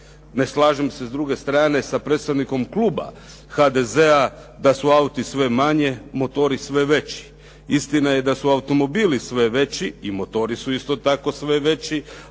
Ne slažem se s druge strane sa predstavnikom kluba HDZ-a da su auti sve manji, motori sve veći. Istina je da su automobili sve veći i motori su isto tako sve veći,